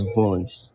voice